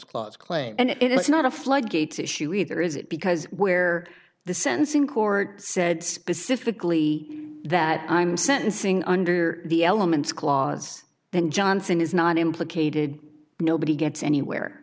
clause claim and it's not a floodgate issue either is it because where the sentencing court said specifically that i'm sentencing under the elements clause then johnson is not implicated nobody gets anywhere